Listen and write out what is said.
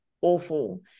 awful